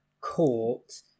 court